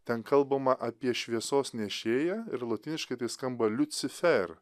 ten kalbama apie šviesos nešėją ir lotyniškai tai skamba liucifer